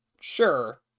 sure